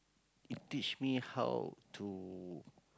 it teach me how to